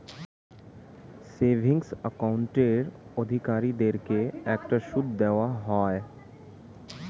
savings অ্যাকাউন্টের অধিকারীদেরকে একটা সুদ দেওয়া হয়